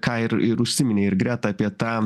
ką ir ir užsiminė ir greta apie tą